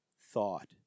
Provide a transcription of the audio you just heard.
thought